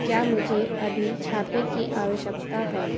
क्या मुझे अभी छापे की आवश्यकता है